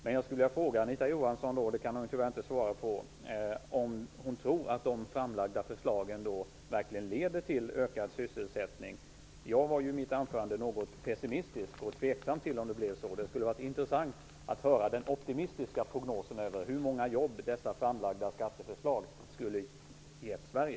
Men jag skulle vilja fråga Anita Johansson - det kan hon tyvärr inte svara på - om hon tror att de framlagda förslagen verkligen leder till ökad sysselsättning. Jag var i mitt anförande något pessimistisk och tveksam till att det blir så. Det skulle ha varit intressant att höra den optimistiska prognosen över hur många jobb dessa framlagda skatteförslag skulle ge Sverige.